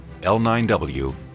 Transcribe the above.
L9W